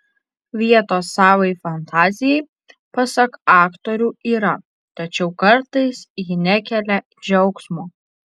vietos savai fantazijai pasak aktorių yra tačiau kartais ji nekelia džiaugsmo